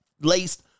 laced